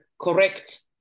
correct